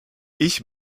ich